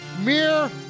mere